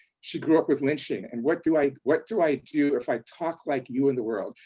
she grew up with lynching and what do i what do i do if i talk like you in the world?